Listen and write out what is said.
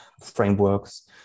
frameworks